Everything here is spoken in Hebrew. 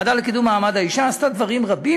הוועדה לקידום מעמד האישה עשתה דברים רבים.